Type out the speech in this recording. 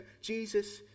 Jesus